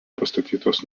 pastatytos